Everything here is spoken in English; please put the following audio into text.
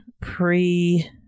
pre